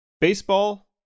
Baseball